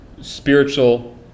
spiritual